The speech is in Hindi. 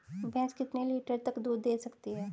भैंस कितने लीटर तक दूध दे सकती है?